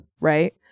right